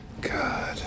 God